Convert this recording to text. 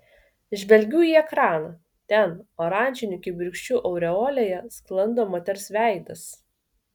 žvelgiu į ekraną ten oranžinių kibirkščių aureolėje sklando moters veidas